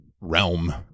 realm